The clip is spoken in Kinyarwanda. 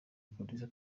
producer